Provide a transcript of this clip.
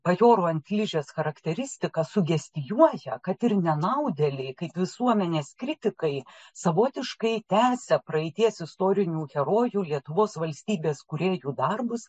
bajoro ant ližės charakteristika sugestijuoja kad ir nenaudėliai kaip visuomenės kritikai savotiškai tęsia praeities istorinių herojų lietuvos valstybės kūrėjų darbus